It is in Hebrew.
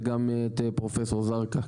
וגם את פרופסור זרקא.